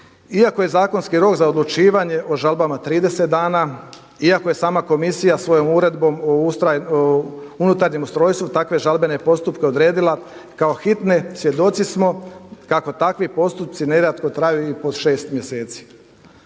Iako je zakonski rok za odlučivanje o žalbama 30 dana, iako je sama Komisija svojom Uredbom o unutarnjem ustrojstvu takve žalbene postupke odredila kao hitne, svjedoci smo kako takvi postupci nerijetko traju i po 6 mjeseci.